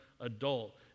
adult